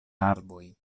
arboj